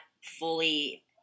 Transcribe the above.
fully